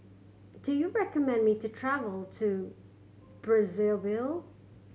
do you recommend me to travel to Brazzaville